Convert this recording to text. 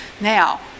Now